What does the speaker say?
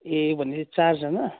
ए भनेपछि चारजना